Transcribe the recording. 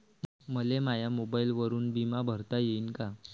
मले माया मोबाईलवरून बिमा भरता येईन का?